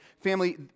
Family